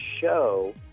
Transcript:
show